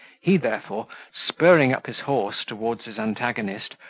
he therefore, spurring up his horse towards his antagonist,